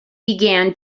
began